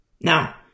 Now